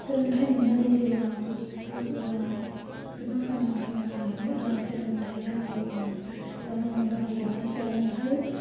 सोलोंथाइ मोननानै जिउआव गोबां खामानिफोर मावनो हायो सोलोंथाया जिउआव गोबां मदद होयो सोलोंथाइ